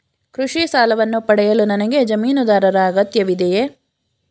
ಕೃಷಿ ಸಾಲವನ್ನು ಪಡೆಯಲು ನನಗೆ ಜಮೀನುದಾರರ ಅಗತ್ಯವಿದೆಯೇ?